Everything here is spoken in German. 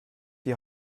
die